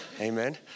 Amen